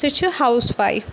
سُہ چھِ house wife